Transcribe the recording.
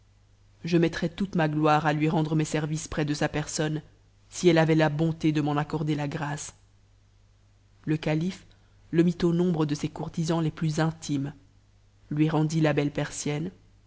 je mettrais toute ma gloire à lui rendre mes services près de sa tisonne si elle avait la bonté de m'en accorder la grâce le calife le mit membre de ses courtisans les plus intimes lui rendit la belle persienne